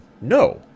No